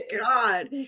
God